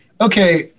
okay